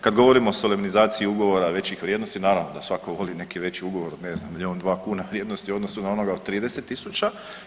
Kad govorimo o solemnizaciji ugovora većih vrijednosti naravno da svatko voli neki veći ugovor, ne znam milijun, dva kuna vrijednosti u odnosu na onoga od 30 000.